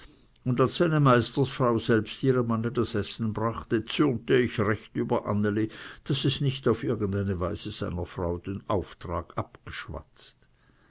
und als seine meistersfrau selbst ihrem manne das essen brachte zürnte ich recht über anneli daß es nicht auf irgend eine weise seiner frau den auftrag abgeschwatzt